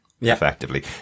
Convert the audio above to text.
effectively